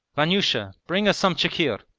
vanyusha, bring us some chikhir.